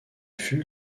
fut